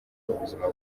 ubuzima